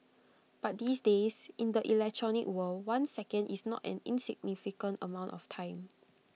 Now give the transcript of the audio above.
but these days in the electronic world one second is not an insignificant amount of time